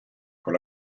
con